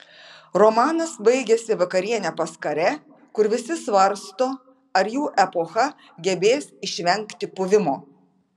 romanas baigiasi vakariene pas karė kur visi svarsto ar jų epocha gebės išvengti puvimo